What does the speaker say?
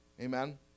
Amen